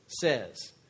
says